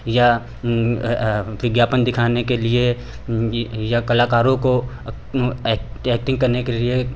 या विज्ञापन दिखाने के लिए या कलाकारों को एक्टिंग करने के लिए